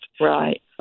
Right